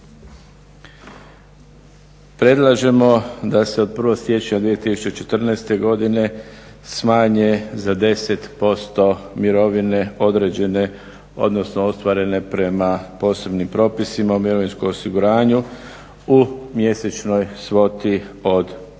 Predlažemo da se od 1. siječnja 2014. godine smanje za 10% mirovine određene, odnosno ostvarene prema posebnim propisima o mirovinskom osiguranju u mjesečnoj svoti od